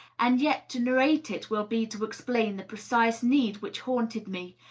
and yet to narrate it will be to explain the precise need which haunted me,